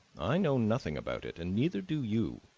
i know nothing about it, and neither do you,